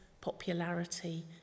popularity